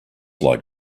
like